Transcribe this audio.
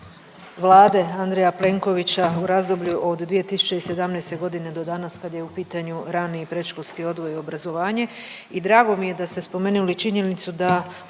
vlade Andreja Plenkovića u razdoblju od 2017. g. do danas kad je u pitanju rani i predškolski odgoj i obrazovanje i drago mi je da ste spomenuli činjenicu da